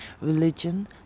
religion